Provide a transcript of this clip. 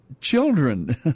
children